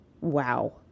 Wow